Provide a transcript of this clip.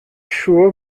siŵr